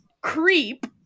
creep